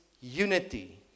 unity